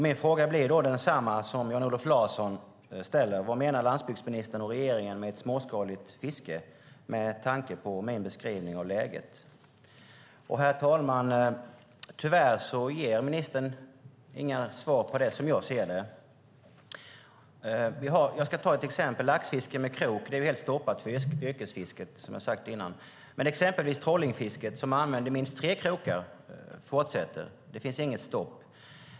Min fråga blir då densamma som Jan-Olof Larsson ställer: Vad menar landsbygdsministern och regeringen med ett småskaligt fiske, med tanke på min beskrivning av läget? Herr talman! Tyvärr ger ministern som jag ser det inga svar på den frågan. Jag ska ta ett exempel. Laxfiske med krok är helt stoppat för yrkesfisket, som jag sagt innan. Men exempelvis trollingfisket, som använder minst tre krokar, fortsätter. Det finns inget stopp.